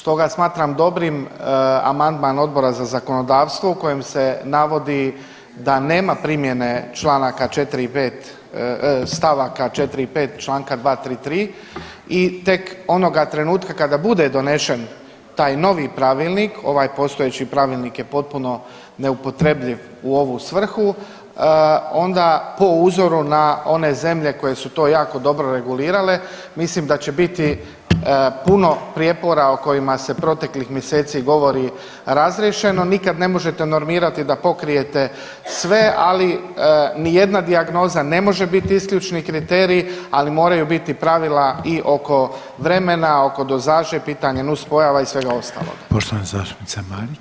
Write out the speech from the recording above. Stoga smatram dobrim amandman Odbora za zakonodavstvo u kojem se navodi da nema primjene čl. 4. i 5., st. 4. i 5. čl. 233. i tek onoga trenutka kada bude donesen taj novi pravilnik, ovaj postojeći pravilnik je potpuno neupotrebljiv u ovu svrhu, onda po uzoru na one zemlje koje su to jako dobro regulirale mislim da će biti puno prijepora o kojima se proteklih mjeseci govori razriješeno, nikad ne možete normirati da pokrijete sve, ali nijedna dijagnoza ne može bit isključni kriterij, ali moraju biti pravila i oko vremena, oko dozaže, pitanje nus pojava i svega ostalog.